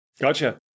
Gotcha